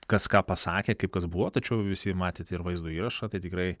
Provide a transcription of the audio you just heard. kas ką pasakė kaip kas buvo tačiau visi matėt ir vaizdo įrašą tai tikrai